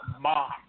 mom